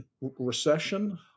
recession